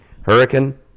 Hurricane